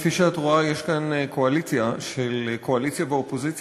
כפי שאת רואה יש כאן קואליציה של קואליציה ואופוזיציה